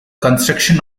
construction